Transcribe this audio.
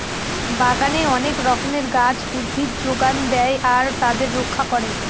বাগানে অনেক রকমের গাছ, উদ্ভিদ যোগান দেয় আর তাদের রক্ষা করে